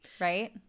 right